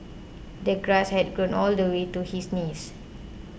the grass had grown all the way to his knees